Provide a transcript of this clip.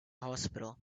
hospital